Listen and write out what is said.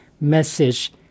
message